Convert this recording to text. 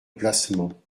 placement